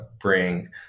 bring